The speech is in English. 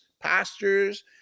pastors